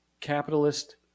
capitalist